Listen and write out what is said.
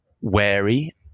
wary